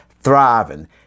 thriving